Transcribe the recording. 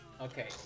Okay